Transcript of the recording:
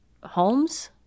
homes